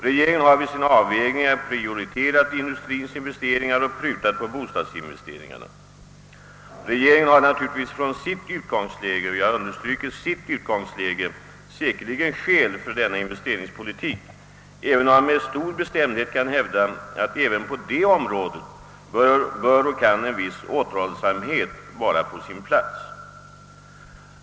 Regeringen har vid sina avvägningar prioriterat industriens investeringar och prutat på bostadsinvesteringarna. Den har naturligtvis från sitt utgångsläge — jag understryker det — skäl för denna investeringspolitik, om man också med stor bestämdhet kan hävda att även på det området en viss återhållsamhet bör vara på sin plats.